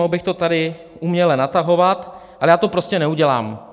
Mohl bych to tady uměle natahovat, ale já to prostě neudělám.